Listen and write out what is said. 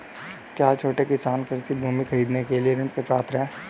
क्या छोटे किसान कृषि भूमि खरीदने के लिए ऋण के पात्र हैं?